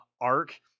arc